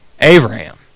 Abraham